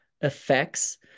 effects